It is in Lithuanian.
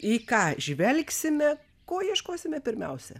į ką žvelgsime ko ieškosime pirmiausia